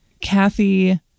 Kathy